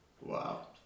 Wow